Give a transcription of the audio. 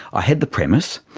i had the premise,